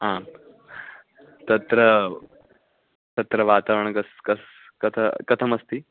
आं तत्र तत्र वातावरणं कस्य कस्य कथं कथमस्ति